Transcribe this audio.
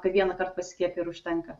kai vienąkart pasiskiepiji ir užtenka